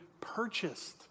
purchased